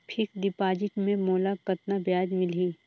Fixed deposit मे मोला कतका ब्याज मिलही?